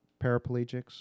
paraplegics